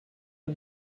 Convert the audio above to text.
for